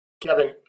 Kevin